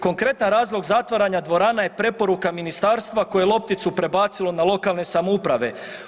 Konkretan razlog zatvaranja dvorana je preporuka ministarstva koje je lopticu prebacilo na lokalne samouprave.